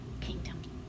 kingdom